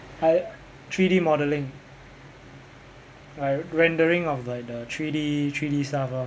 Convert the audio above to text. I three D modelling like rendering of like the three D three D stuff lor